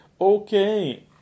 Okay